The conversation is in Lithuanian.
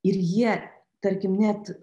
ir jie tarkim net